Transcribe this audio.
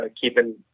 keeping